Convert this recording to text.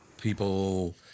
people